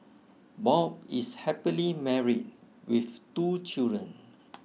Bob is happily married with two children